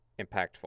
impactful